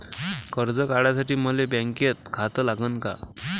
कर्ज काढासाठी मले बँकेत खातं लागन का?